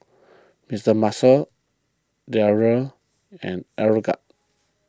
Mister Muscle Dreyers and Aeroguard